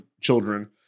children